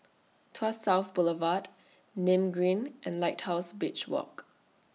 Tuas South Boulevard Nim Green and Lighthouse Beach Walk